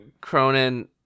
cronin